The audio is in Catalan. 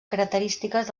característiques